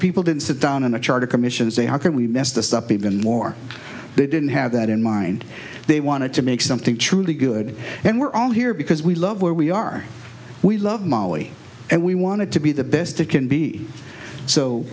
people didn't sit down in a charter commission say how can we mess this up even more they didn't have that in mind they wanted to make something truly good and we're all here because we love where we are we love molly and we wanted to be the best it can be so